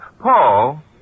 Paul